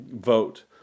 vote